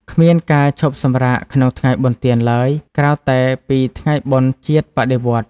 គ្មានការឈប់សម្រាកក្នុងថ្ងៃបុណ្យទានឡើយ ក្រៅតែពីថ្ងៃបុណ្យជាតិបដិវត្តន៍។